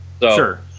Sure